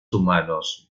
humanos